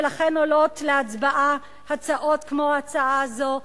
ולכן עולות להצבעה הצעות כמו ההצעה הזאת,